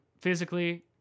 physically